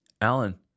Alan